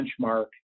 benchmark